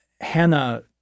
Hannah